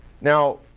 Now